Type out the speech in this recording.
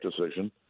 decision